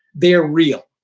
they're real.